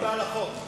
אני בעד החוק.